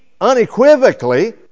unequivocally